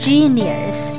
Genius